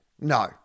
No